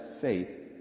faith